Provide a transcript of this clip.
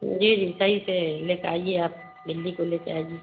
جی جی صحیح سے لے کے آئیے آپ بلی کو لے کے آئیے